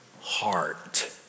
heart